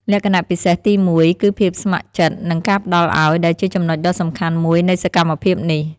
លក្ខណៈពិសេសទីមួយគឺភាពស្ម័គ្រចិត្តនិងការផ្តល់ឲ្យ ដែលជាចំណុចដ៏សំខាន់មួយនៃសកម្មភាពនេះ។